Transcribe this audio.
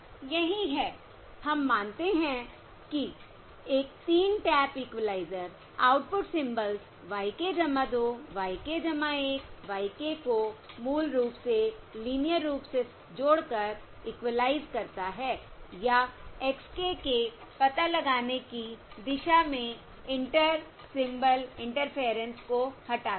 यही है हम मानते हैं कि एक 3 tap equaliser output symbols y k 2 y k 1 y k को मूल रूप से लीनियर रूप से जोड़कर इक्वलाइज़ करता है या x k के पता लगाने की दिशा में इंटर सिंबल इंटरफेयरेंस को हटाता हैं